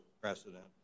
precedent